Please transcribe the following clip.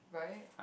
right